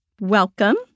Welcome